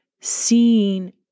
seeing